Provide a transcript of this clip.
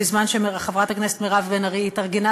בזמן שחברת הכנסת מירב בן ארי התארגנה